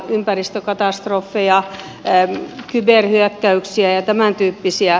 ympäristökatastrofeja kyberhyökkäyksiä ja tämän tyyppisiä